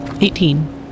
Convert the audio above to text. Eighteen